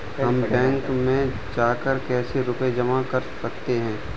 हम बैंक में जाकर कैसे रुपया जमा कर सकते हैं?